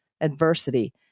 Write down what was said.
adversity